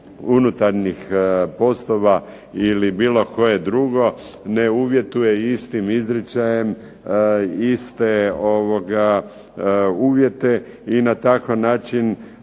unutarnjih poslova ili bilo koje drugo ne uvjetuje istim izričajem iste uvjete i na takav način